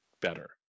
better